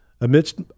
Amidst